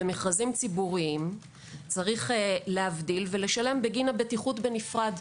במכרזים ציבוריים צריך להבדיל ולשלם בגין הבטיחות בנפרד.